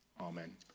amen